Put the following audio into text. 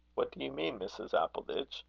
what do you mean, mrs. appleditch?